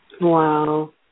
Wow